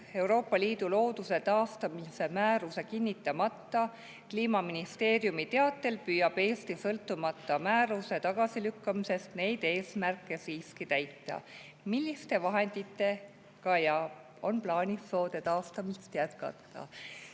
Euroopa Liidu looduse taastamise määruse kinnitamata. Kliimaministeeriumi teatel püüab Eesti sõltumata määruse tagasilükkamisest neid eesmärke siiski täita. Milliste vahenditega on plaanis soode taastamist jätkata?